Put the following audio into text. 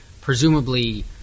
presumably